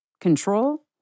control